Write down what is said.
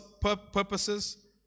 purposes